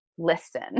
listen